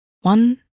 One